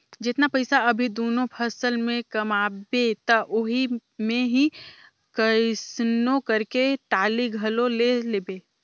जेतना पइसा अभी दूनो फसल में कमाबे त ओही मे ही कइसनो करके टाली घलो ले लेबे